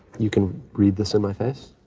you can read this in my face?